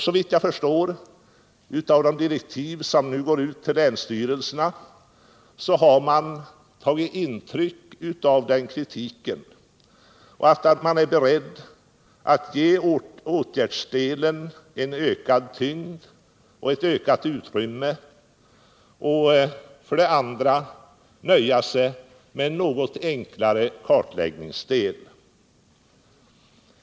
Såvitt jag förstår av de direktiv som nu går ut till länsstyrelserna har man tagit intryck av den kritiken och är beredd att ge åtgärdsdelen en ökad tyngd och ett större utrymme. Man nöjer sig å andra sidan med en något enklare kartläggningsdel.